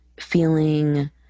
feeling